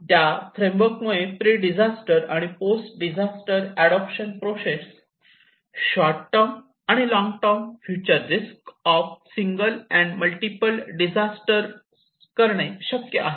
त्या फ्रेमवर्क मुळे प्रिडिजास्टर आणि post disaster adoption process short and long term future risk of single and multiple disaster करणे शक्य आहे